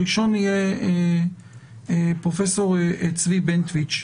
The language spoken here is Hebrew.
הראשון יהיה פרופ' צבי בנטואיץ'.